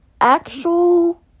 actual